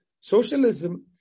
socialism